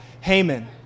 Haman